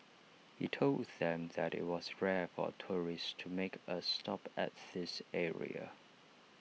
he told them that IT was rare for tourists to make A stop at this area